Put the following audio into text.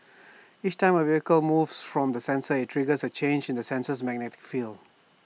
each time A vehicle moves from the sensor IT triggers A change in the sensor's magnetic field